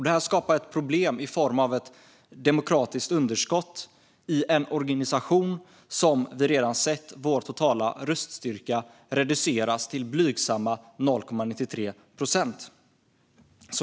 Det skapar problem i form av ett demokratiskt underskott i en organisation där vi redan har sett vår totala röststyrka reduceras till blygsamma 0,93 procent.